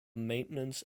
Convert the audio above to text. maintenance